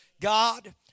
God